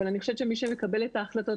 אבל אני חושבת שמי שמקבל את ההחלטות,